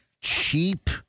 cheap